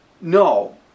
No